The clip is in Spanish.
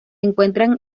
encuentra